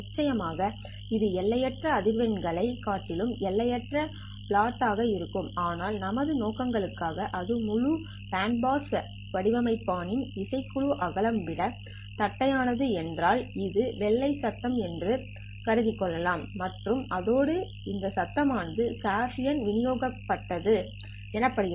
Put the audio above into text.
நிச்சயமாக இது எல்லையற்ற அதிர்வெண்கள் களைக் காட்டிலும் எல்லையற்ற பிளாட் ஆக இருக்கும் ஆனால் நமது நோக்கங்களுக்காக அது முழு பேண்ட் பாஸ் வடிப்பான் யின் இசைக்குழு அகலம் விட தட்டையானது யானது என்றால் இது வெள்ளை சத்தம் என்று கருத்தில் கொள்ளலாம் மற்றும் அதோடு இந்த சத்தம் ஆனது காஸியன் விநியோகிக்கப்பட்டது எனப்படுகிறது